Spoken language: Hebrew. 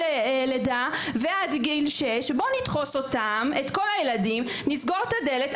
לידה ועד גיל 6 בואו נדחוס אותם את כל הילדים נסגור את הדלת,